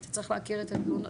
אתה צריך להכיר את התלונות.